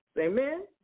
Amen